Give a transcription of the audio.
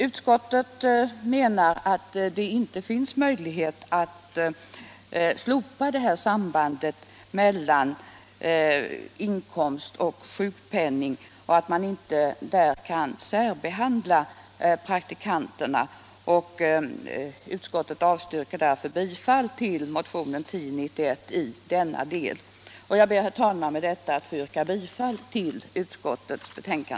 Utskottet menar att det inte finns möjlighet att slopa sambandet mellan inkomst och sjukpenning och att man inte kan särbehandla praktikanter. Utskottet avstyrker därför bifall till motionen 1091 i denna del. Jag ber, herr talman, att med detta få yrka bifall till utskottets hemställan.